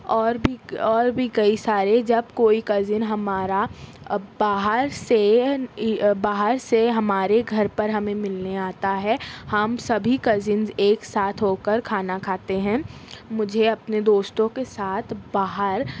اور بھی اور بھی کئی سارے جب کوئی کزن ہمارا باہر سے باہر سے ہمارے گھر پر ہمیں ملنے آتا ہے ہم سبھی کزن ایک ساتھ ہو کر کھانا کھاتے ہیں مجھے اپنے دوستوں کے ساتھ باہر